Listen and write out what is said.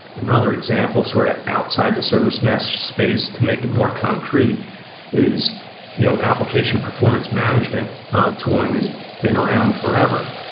another example sort of outside the service mesh space to make it more concrete is you know application performance management tooling has been around forever,